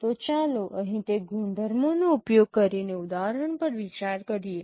તો ચાલો અહીં તે ગુણધર્મોનો ઉપયોગ કરીને ઉદાહરણ પર વિચાર કરીએ